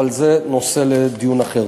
אבל זה נושא לדיון אחר.